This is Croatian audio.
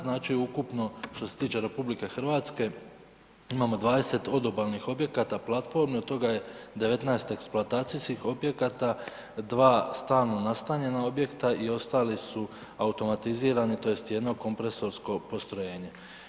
Znači ukupno što se tiče RH imamo 20 odobalnih objekata, platformi, od toga 19 eksploatacijih objekata, 2 stalna nastanjena objekata i ostali su automatizirani tj. jedno kompresorsko postrojenje.